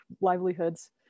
livelihoods